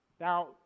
Now